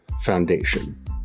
Foundation